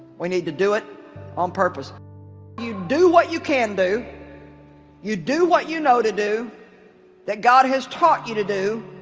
we need to do it on purpose you do what you can do you do what you know to do that god has taught you to do